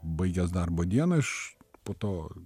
baigiąs darbo dieną aš po to